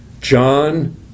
John